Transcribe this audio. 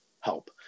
help